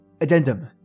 Addendum